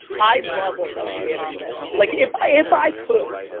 i love community management. like, if i if i could,